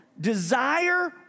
desire